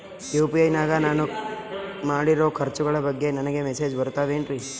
UPI ನಾಗ ನಾನು ಮಾಡಿರೋ ಖರ್ಚುಗಳ ಬಗ್ಗೆ ನನಗೆ ಮೆಸೇಜ್ ಬರುತ್ತಾವೇನ್ರಿ?